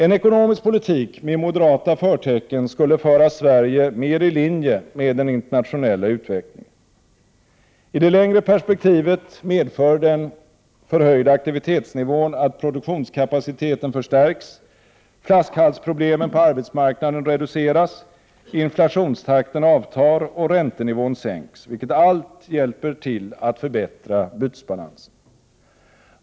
En ekonomisk politik med moderata förtecken skulle föra Sverige mer i linje med den internationella utvecklingen. I det längre perspektivet medför den förhöjda aktivitetsnivån att produktionskapaciteten förstärks, flaskhalsproblemen på arbetsmarknaden reduceras, inflationstakten avtar och räntenivån sänks, vilket allt hjälper till att förbättra bytesbalansen.